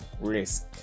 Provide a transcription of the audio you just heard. risk